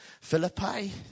Philippi